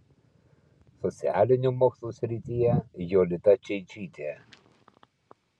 socialinių mokslų srityje jolita čeičytė